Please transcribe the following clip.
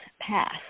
path